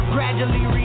Gradually